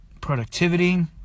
productivity